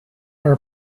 are